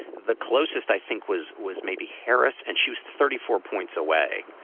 the closest i think was was maybe harris and she was thirty four points away.